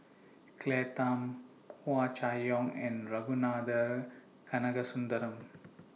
Claire Tham Hua Chai Yong and Ragunathar Kanagasuntheram